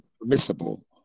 permissible